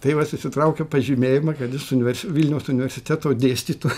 tėvas išsitraukia pažymėjimą kad jis univers vilniaus universiteto dėstytoj